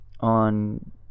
on